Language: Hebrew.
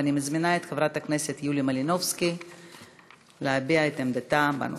אני מזמינה את חברת הכנסת יוליה מלינובסקי להביע את עמדתה בנושא.